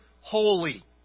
holy